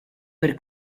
per